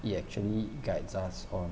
it actually guides us on